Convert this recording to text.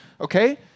Okay